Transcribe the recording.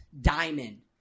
diamond